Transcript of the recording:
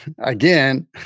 again